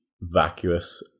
vacuous